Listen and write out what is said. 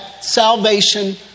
salvation